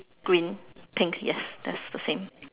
green pink yes that's the same